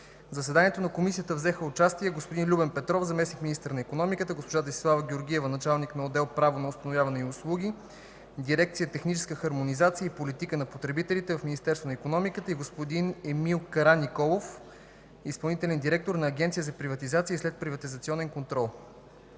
заседанието на Комисията взеха участие: господин Любен Петров – заместник-министър на икономиката, госпожа Десислава Георгиева – началник на отдел „Право на установяване и услуги”, дирекция „Техническа хармонизация и политика за потребителите” в Министерство на икономиката, и господин Емил Караниколов – изпълнителен директор на Агенция за приватизация и следприватизационен контрол.